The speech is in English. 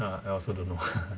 ah I also don't know